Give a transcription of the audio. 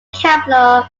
capital